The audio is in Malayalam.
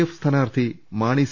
എഫ് സ്ഥാനാർ ത്ഥി മാണി സി